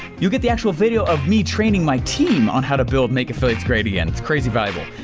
you get the actual video of me training my team on how to build make affiliates great again, it's crazy valuable.